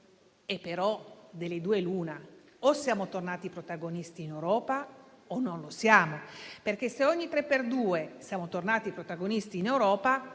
Però delle due l'una: o siamo tornati protagonisti in Europa o non lo siamo. Se ogni tre per due si dice che siamo tornati protagonisti in Europa,